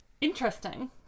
interesting